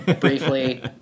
briefly